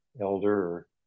elder